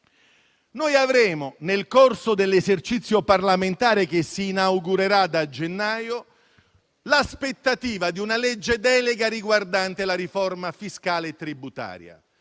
finanze. Nel corso dell'esercizio parlamentare che si inaugurerà a gennaio avremo l'aspettativa di una legge delega riguardante la riforma fiscale e tributaria.